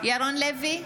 ירון לוי,